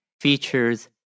features